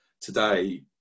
Today